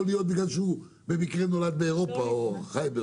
להיות בגלל שהוא במקרה נולד באירופה או חי באירופה?